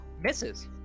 Misses